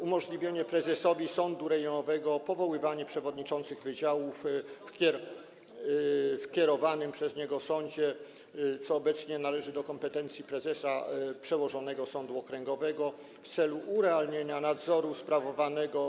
umożliwienie prezesowi sądu rejonowego powoływanie przewodniczących wydziałów w kierowanym przez niego sądzie - co obecnie należy do kompetencji prezesa, przełożonego sądu okręgowego - w celu urealnienia nadzoru nad podległym sądem sprawowanego.